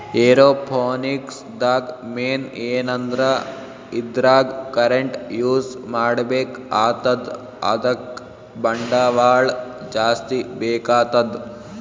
aeroponics ದಾಗ್ main ಏನಂದ್ರ ಇದ್ರಾಗ್ ಕರೆಂಟ್ ಯೂಸ್ ಮಾಡ್ಬೇಕ್ ಆತದ್ ಅದಕ್ಕ್ ಬಂಡವಾಳ್ ಜಾಸ್ತಿ ಬೇಕಾತದ್